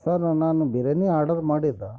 sir ನಾನು biryani order ಮಾಡಿದ್ದೆ